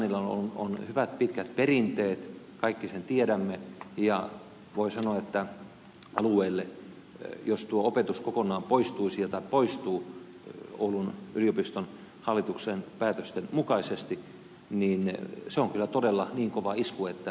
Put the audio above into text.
kajaanilla on hyvät pitkät perinteet kaikki sen tiedämme ja voi sanoa että alueelle jos tuo opetus kokonaan poistuu sieltä oulun yliopiston hallituksen päätösten mukaisesti se on kyllä todella niin kova isku että sitä on vaikea kestää